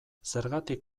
zergatik